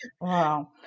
Wow